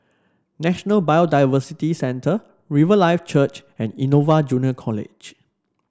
National Biodiversity Centre Riverlife Church and Innova Junior College